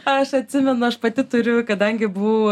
aš atsimenu aš pati turiu kadangi buvau